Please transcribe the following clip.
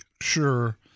sure